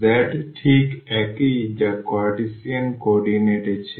সুতরাং z ঠিক একই যা কার্টেসিয়ান কোঅর্ডিনেট এ ছিল